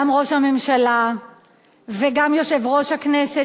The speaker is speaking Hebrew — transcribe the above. גם ראש הממשלה וגם יושב-ראש הכנסת,